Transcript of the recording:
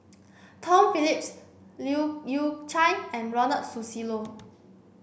Tom Phillips Leu Yew Chye and Ronald Susilo